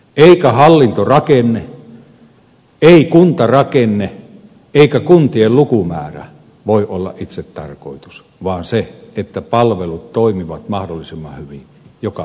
ei hallintorakenne ei kuntarakenne eikä kuntien lukumäärä voi olla itsetarkoitus vaan se että palvelut toimivat mahdollisimman hyvin joka puolella maata